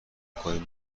کنیم